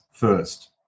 First